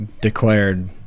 declared